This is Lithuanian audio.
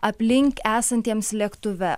aplink esantiems lėktuve